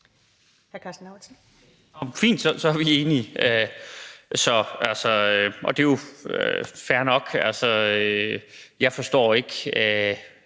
fint, så er vi enige. Og altså, det er jo fair nok. Jeg forstår ikke,